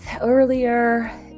earlier